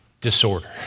disorder